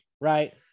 right